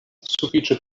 sufiĉe